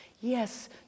yes